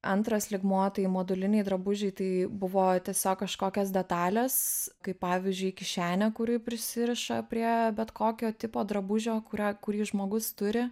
antras lygmuo tai moduliniai drabužiai tai buvo tiesiog kažkokios detalės kaip pavyzdžiui kišenė kuri prisiriša prie bet kokio tipo drabužio kurią kurį žmogus turi